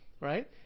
right